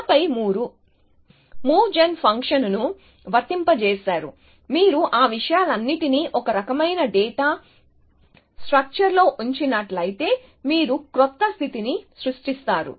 ఆపై మీరు move gen ఫంక్షన్ను వర్తింపజేసారు మీరు ఆ విషయాలన్నింటినీ ఒక రకమైన డేటా స్ట్రక్చర్లో ఉంచినట్లయితే మీరు క్రొత్త స్థితిని సృష్టిస్తారు